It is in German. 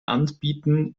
anbieten